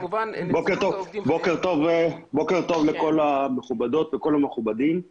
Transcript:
בוקר טוב לכל המכובדות וכל המכובדים, אני